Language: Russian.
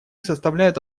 составляют